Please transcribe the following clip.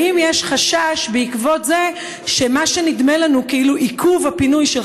האם יש חשש בעקבות זה שמה שנדמה לנו ככאילו עיכוב הפינוי של